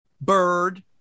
Bird